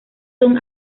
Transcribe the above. son